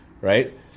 right